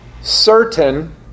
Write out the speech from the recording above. certain